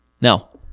Now